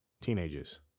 teenagers